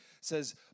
says